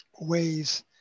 ways